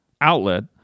outlet